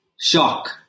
Shock